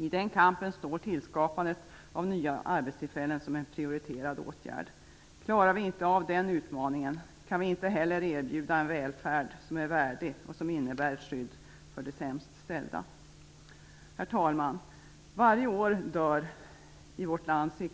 I den kampen står tillskapandet av nya arbetstillfällen som en prioriterad åtgärd. Klarar vi inte av den utmaningen kan vi inte heller erbjuda en välfärd som är värdig och som innebär ett skydd för de sämst ställda. Herr talman! Varje år dör